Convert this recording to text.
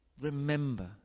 remember